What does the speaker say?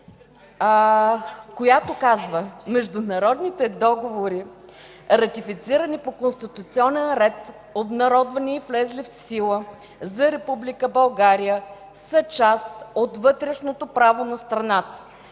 която казва: „Международните договори, ратифицирани по конституционен ред, обнародвани и влезли в сила за Република България, са част от вътрешното право на страната.